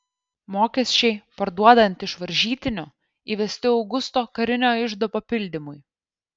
mokesčiai parduodant iš varžytinių įvesti augusto karinio iždo papildymui